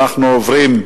אנחנו עוברים,